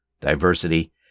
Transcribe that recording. diversity